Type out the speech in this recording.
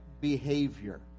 behavior